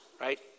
Right